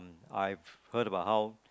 I've heard about how